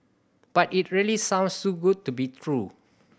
but it really sounds too good to be true